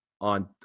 on